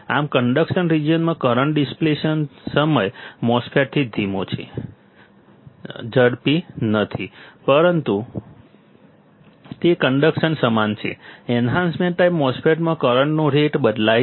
આમ કન્ડક્શન રિજિયનમાં current depletion સમય MOSFET થી ધીમો નથી ઝડપી નથી પરંતુ તે કન્ડક્શન સમાન છે એન્હાન્સમેન્ટ ટાઈપ MOSFET માં કરંટનો રેટ બદલાય છે